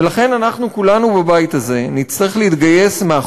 ולכן אנחנו כולנו בבית הזה נצטרך להתגייס ולעמוד